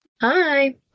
Hi